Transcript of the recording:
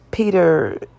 Peter